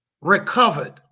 recovered